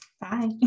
Bye